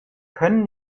können